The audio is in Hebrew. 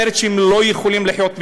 אומרת שהם לא יכולים לחיות בכבוד.